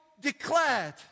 declared